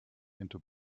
into